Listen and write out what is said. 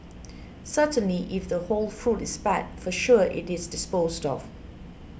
certainly if the whole fruit is bad for sure it is disposed of